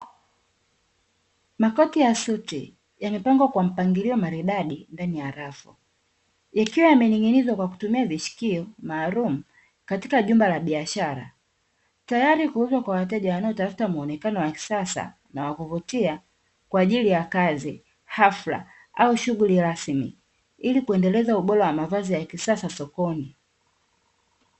Makoti ya suti yamepangwa kwa mpangilio maridadi ndani ya rafo. Yakiwa yamening'inizwa kwa kutumia vishikio maalum katika jumba la biashara tayari kuuzwa kwa wateja wanao tafuta muonekano wa kisasa na wakuvutia kwa ajili ya kazi, hafla au shughuli rasmi ili kuendeleza ubora wa mavazi ya kisasa sokoni.